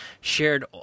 shared